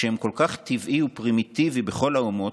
שהם כל כך טבעי ופרימיטיבי בכל האומות,